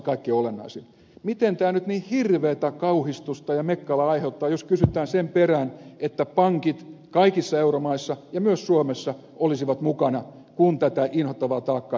miten tämä nyt niin hirveätä kauhistusta ja mekkalaa aiheuttaa jos kysytään sen perään että pankit kaikissa euromaissa ja myös suomessa olisivat mukana kun tätä inhottavaa taakkaa joudutaan käsittelemään